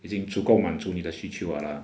已经足够满足你的需求了